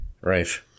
right